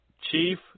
Chief